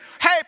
hey